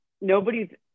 Nobody's